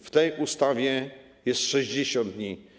W tej ustawie jest 60 dni.